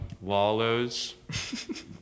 Wallows